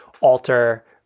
alter